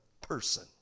person